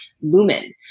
lumen